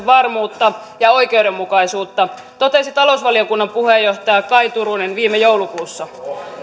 varmuutta ja oikeudenmukaisuutta totesi talousvaliokunnan puheenjohtaja kaj turunen viime joulukuussa